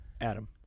Adam